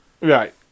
Right